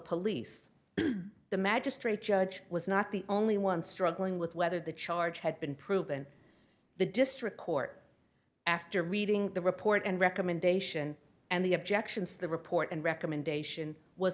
police the magistrate judge was not the only one struggling with whether the charge had been proven the district court after reading the report and recommendation and the objections the report and recommendation was